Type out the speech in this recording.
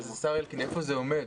אז השר אלקין, איפה זה עומד?